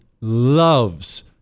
loves